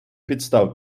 підстав